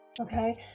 Okay